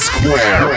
Square